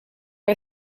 are